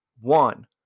one